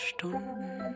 Stunden